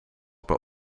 per